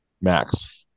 Max